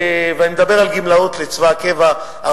ואני מדבר על גמלאות לצבא הקבע,